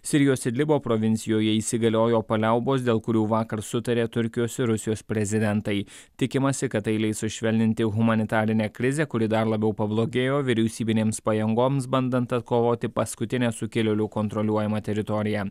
sirijos idlibo provincijoje įsigaliojo paliaubos dėl kurių vakar sutarė turkijos ir rusijos prezidentai tikimasi kad tai leis sušvelninti humanitarinę krizę kuri dar labiau pablogėjo vyriausybinėms pajėgoms bandant atkovoti paskutinę sukilėlių kontroliuojamą teritoriją